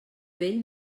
vell